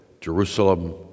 Jerusalem